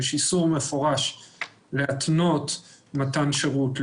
יש איסור מפורש להתנות מתן שירות,